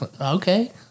okay